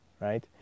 right